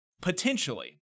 potentially